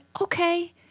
okay